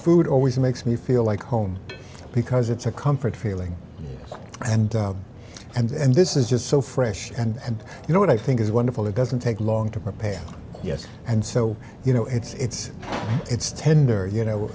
food always makes me feel like home because it's a comfort feeling and and this is just so fresh and you know what i think is wonderful it doesn't take long to prepare yes and so you know it's it's tender you know